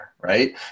right